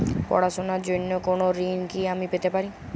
পড়াশোনা র জন্য কোনো ঋণ কি আমি পেতে পারি?